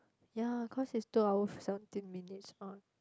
ya cause it's two hours seventeen minutes on